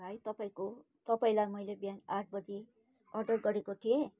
भाइ तपाईँको तपाईँलाई मैले बिहान आठ बजी अर्डर गरेको थिएँ